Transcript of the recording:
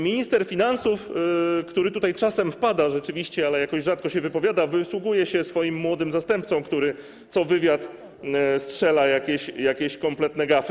Minister finansów, który tutaj czasem rzeczywiście wpada, ale jakoś rzadko się wypowiada, wysługuje się swoim młodym zastępcą, który co wywiad strzela jakieś kompletne gafy.